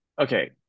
okay